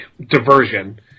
diversion